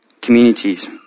communities